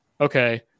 okay